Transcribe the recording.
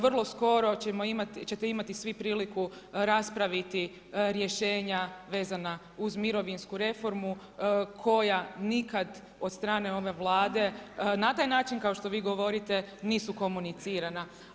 Vrlo skoro ćete imati svi priliku raspraviti rješenja vezana uz mirovinsku reformu, koja nikada od strane ove Vlade, na taj način, kao što vi govorite, nisu komunicirani.